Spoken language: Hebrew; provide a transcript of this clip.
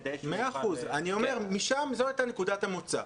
כדי שהוא יוכל --- זו הייתה נקודת המוצא.